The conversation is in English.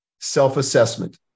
self-assessment